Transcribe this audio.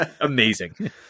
amazing